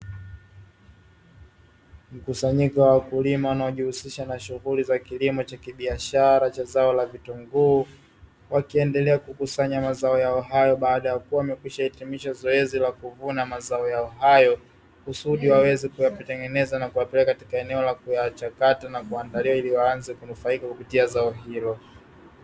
Kusanyiko la wakulima wanaojihusisha na shughuli za kilimo cha kibiashara cha zao la vitunguu, wakiendelea kukusanya mazao yao hayo baada ya kuwa amekwishahitimisha zoezi la kuvuna mazao yao; kusudi waweze kuyatengeneza na kuyapeleka katika eneo la kuyachakata na kuandalia, ili waanze kunufaika kupitia zao hilo.